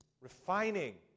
refining